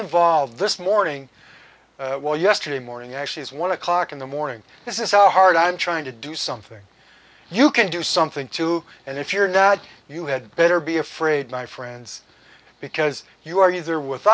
involved this morning well yesterday morning actually is one o'clock in the morning this is how hard i'm trying to do something you can do something to and if your dad you had better be afraid my friends because you are either with